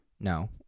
no